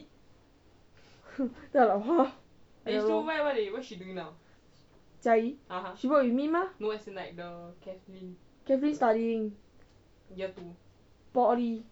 !huh! 不要 liao hor jia yi she work with me mah kathlyn studying poly